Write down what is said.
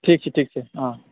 ठीक छै ठीक छै हॅं